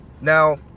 Now